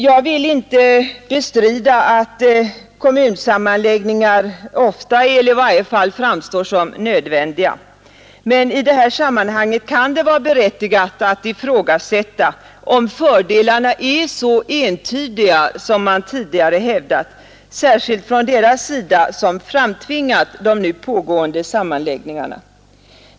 Jag vill inte bestrida att kommunsammanläggningar ofta framstår som nödvändiga, men i det här sammanhanget kan det vara berättigat att ifrågasätta om fördelarna är så entydiga som man tidigare hävdat, särskilt från deras sida som framtvingat de nu pågående sammanläggningarna.